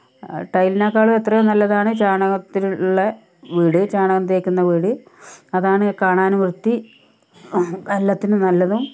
ടൈലിനേക്കാളും എത്രയോ നല്ലതാണ് ചാണകത്തിലുള്ള വീട് ചാണകം തേക്കുന്ന വീട് അതാണ് കാണാനും വ്യത്തി എല്ലാത്തിനും നല്ലതും